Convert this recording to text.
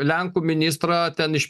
lenkų ministrą ten iš